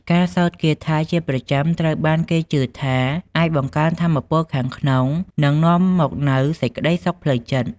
ការសូត្រគាថាជាប្រចាំត្រូវបានគេជឿថាអាចបង្កើនថាមពលខាងក្នុងនិងនាំមកនូវសេចក្តីសុខផ្លូវចិត្ត។